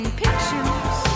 pictures